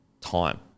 time